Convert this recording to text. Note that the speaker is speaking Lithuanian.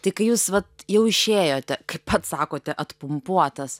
tai kai jūs vat jau išėjote kaip pats sakote atpumpuotas